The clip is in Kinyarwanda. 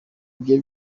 ibyo